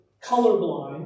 colorblind